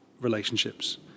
relationships